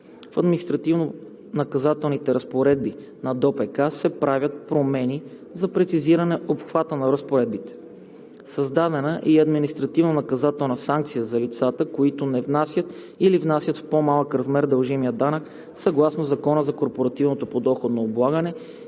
на Данъчно осигурителния процесуален кодекс се правят промени за прецизиране обхвата на разпоредбите. Създадена е и административнонаказателна санкция за лицата, които не внесат или внесат в по-малък размер дължимия данък съгласно Закона за корпоративното подоходно облагане